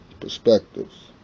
perspectives